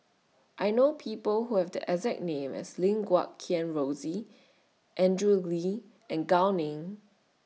I know People Who Have The exact name as Lim Guat Kheng Rosie Andrew Lee and Gao Ning